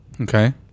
Okay